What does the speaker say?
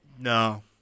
No